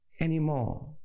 anymore